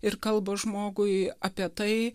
ir kalba žmogui apie tai